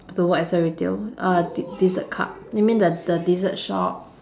to work as a retail uh dessert cup you mean the the dessert shop